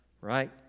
right